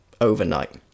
overnight